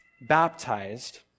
baptized